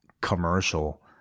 commercial